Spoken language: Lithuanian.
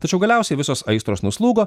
tačiau galiausiai visos aistros nuslūgo